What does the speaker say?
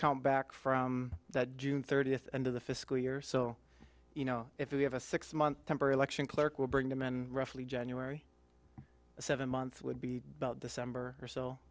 come back from that june thirtieth end of the fiscal year so you know if you have a six month temporary election clerk will bring them in roughly january a seven month would be about december or so